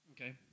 Okay